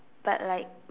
but like